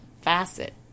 facet